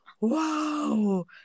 Wow